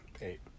eight